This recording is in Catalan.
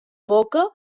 boca